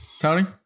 Tony